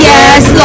Yes